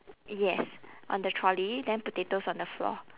yes on the trolley then potatoes on the floor